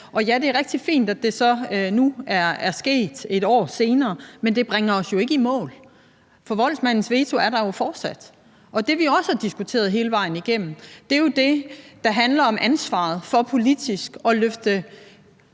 Og ja, det er rigtig fint, at det nu er sket et år senere, men det bringer os jo ikke i mål, for voldsmandens veto er der fortsat. Det, vi også har diskuteret hele vejen igennem, er jo det, der handler om ansvaret for politisk at løfte